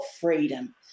freedom